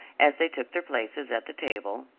as they took their places at the table.